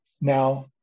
Now